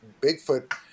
Bigfoot